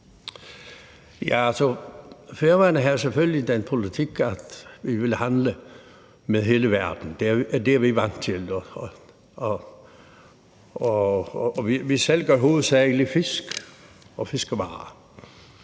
Færøerne har jo selvfølgelig den politik, at vi vil handle med hele verden. Det er vi vant til. Vi sælger hovedsagelig fisk og fiskevarer.